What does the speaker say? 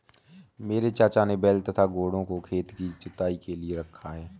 मेरे चाचा ने बैल तथा घोड़ों को खेत की जुताई के लिए रखा है